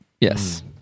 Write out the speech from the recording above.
Yes